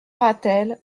ratel